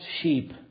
sheep